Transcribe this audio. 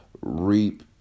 reap